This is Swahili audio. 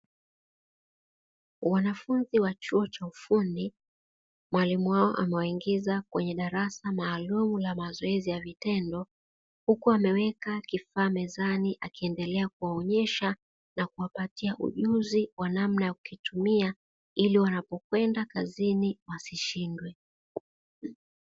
Wanafunzi wa chuo cha ufundi mwalimu wao amewaingiza kwenye darasa maalum la mazoezi ya vitendo, huku ameweka kifamezani akiendelea kuwaonyesha, na kuwapatia ujuzi wa namna ya kukitumia ili wanapokwenda kazini wasishindwe.